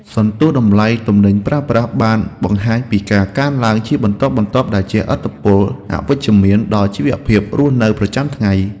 សន្ទស្សន៍តម្លៃទំនិញប្រើប្រាស់បានបង្ហាញពីការកើនឡើងជាបន្តបន្ទាប់ដែលជះឥទ្ធិពលអវិជ្ជមានដល់ជីវភាពរស់នៅប្រចាំថ្ងៃ។